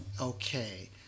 Okay